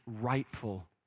rightful